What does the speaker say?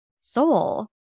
soul